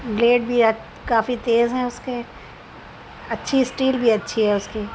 blade بھی کافی تیز ہیں اس کے اچھی اسٹیل بھی اچھی ہے اس کی